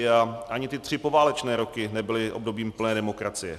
A ani ty tři poválečné roky nebyly obdobím plné demokracie.